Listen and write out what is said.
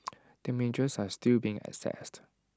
damages are still being assessed